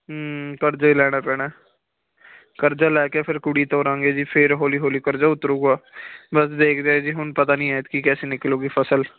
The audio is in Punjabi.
ਕਰਜ਼ਾ ਈ ਲੈਣਾ ਪੈਣਾ ਕਰਜ਼ਾ ਲੈ ਕੇ ਫਿਰ ਕੁੜੀ ਤੋਰਾਂਗੇ ਜੀ ਫਿਰ ਹੌਲੀ ਹੌਲੀ ਕਰਜ਼ਾ ਉਤਰੂਗਾ ਬਸ ਦੇਖਦੇ ਆ ਜੀ ਹੁਣ ਪਤਾ ਨਹੀਂ ਐਤਕੀ ਕੈਸੀ ਨਿਕਲੂਗੀ ਫਸਲ